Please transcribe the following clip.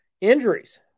injuries